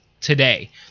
today